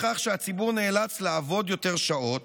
לכך שהציבור נאלץ לעבוד יותר שעות,